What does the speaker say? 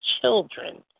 children